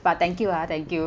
but thank you ah thank you